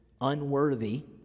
unworthy